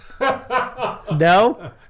No